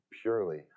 purely